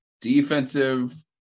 defensive